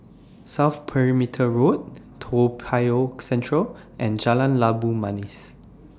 South Perimeter Road Toa Payoh Central and Jalan Labu Manis